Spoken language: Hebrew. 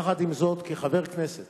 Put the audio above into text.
יחד עם זאת, כחבר הכנסת